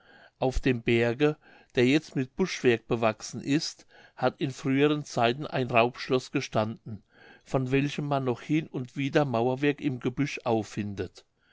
auf dem berge der jetzt mit buschwerk bewachsen ist hat in früheren zeiten ein raubschloß gestanden von welchem man noch hin und wieder mauerwerk im gebüsch auffindet